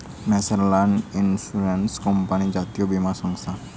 national insurance company জাতীয় বীমা সংস্থা